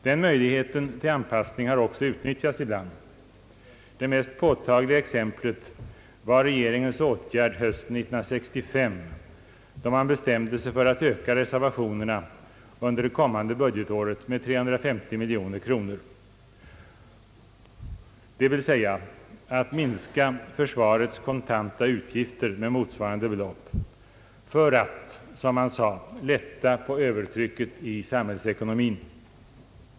Den möjligheten till anspassning har också utnyttjats ibland. Det mest påtagliga exemplet är regeringens åtgärd hösten 1965, då man bestämde sig för att öka reservationerna under det kommande budgetåret med 350 miljoner kronor, dvs. att minska försvarets kontanta utgifter med motsvarande belopp för att, som man sade, lätta på övertrycket i samhällsekonomin.